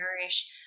nourish